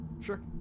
Sure